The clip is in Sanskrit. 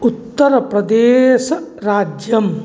उत्तरप्रदेशराज्यम्